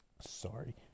sorry